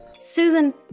Susan